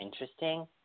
interesting